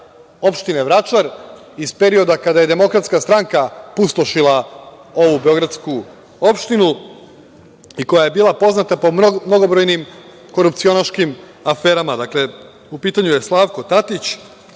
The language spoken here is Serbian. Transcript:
opštine Vračar iz perioda kada je DS pustošila ovu beogradsku opštinu i koja je bila poznata po mnogobrojnim korupcionaškim aferama. Dakle, u pitanju je Slavko Tatić,